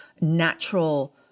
natural